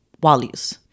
values